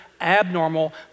abnormal